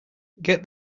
get